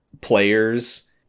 players